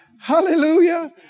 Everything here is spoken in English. hallelujah